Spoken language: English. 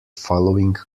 following